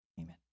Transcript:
Amen